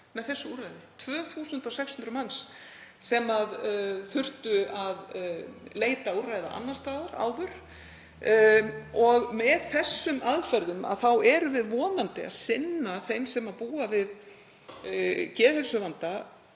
með þessu úrræði, 2.600 manns sem þurftu að leita úrræða annars staðar áður. Með þessum aðferðum erum við vonandi að sinna þeim sem búa við geðheilsuvanda